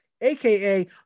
aka